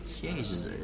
Jesus